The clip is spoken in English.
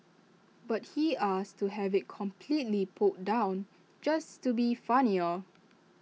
but he asked to have IT completely pulled down just to be funnier